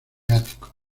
ático